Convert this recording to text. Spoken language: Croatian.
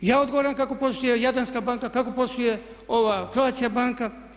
Ja odgovaram kako posluje Jadranska banka, kako posluje Croatia banka.